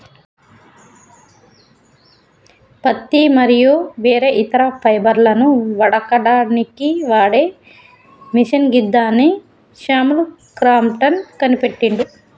పత్తి మరియు వేరే ఇతర ఫైబర్లను వడకడానికి వాడే మిషిన్ గిదాన్ని శామ్యుల్ క్రాంప్టన్ కనిపెట్టిండు